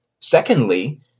Secondly